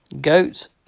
Goats